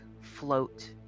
float